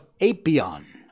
Apion